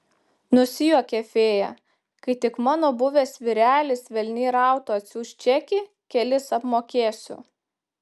nusijuokė fėja kai tik mano buvęs vyrelis velniai rautų atsiųs čekį kelis apmokėsiu